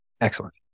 Excellent